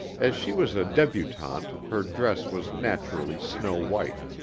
as she was a debutante her dress was naturally snow-white.